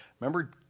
Remember